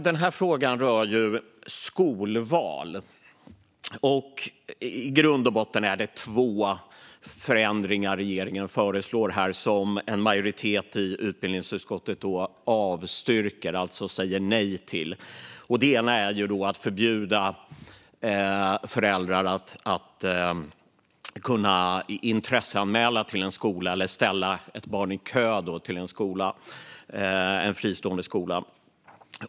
Den här frågan rör skolval. I grund och botten är det två förändringar som regeringen föreslår och som en majoritet i utbildningsutskottet avstyrker, alltså säger nej till. Den ena handlar om att förbjuda föräldrar att göra en intresseanmälan till en skola eller att ställa ett barn i kö till en fristående skola.